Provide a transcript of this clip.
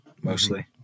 mostly